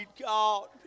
God